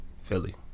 Philly